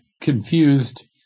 confused